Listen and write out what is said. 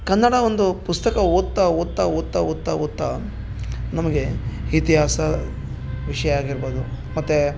ಕನ್ನಡ ಒಂದು ಪುಸ್ತಕ ಓದ್ತಾ ಓದ್ತಾ ಓದ್ತಾ ಓದ್ತಾ ಓದ್ತಾ ನಮಗೆ ಇತಿಹಾಸ ವಿಷಯ ಆಗಿರ್ಬೌದು ಮತ್ತು